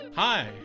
Hi